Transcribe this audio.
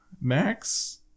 max